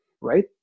Right